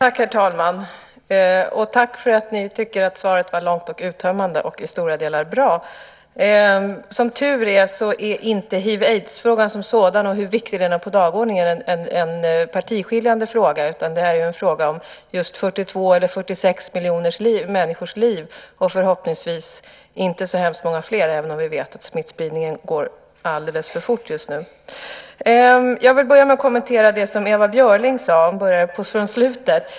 Herr talman! Tack för att ni tycker att svaret var långt och uttömmande och i stora delar bra. Hiv/aids-frågan är som sådan som tur är, hur viktig den än är på dagordningen, inte en partiskiljande fråga. Det är en fråga om just 42 eller 46 miljoner människors liv och förhoppningsvis inte så hemskt många fler, även om vi vet att smittspridningen går alldeles för fort just nu. Jag vill börja med att kommentera det Ewa Björling sade.